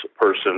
person